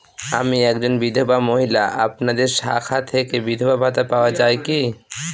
আমি একজন বিধবা মহিলা আপনাদের শাখা থেকে বিধবা ভাতা পাওয়া যায় কি?